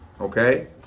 Okay